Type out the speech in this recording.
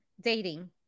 Dating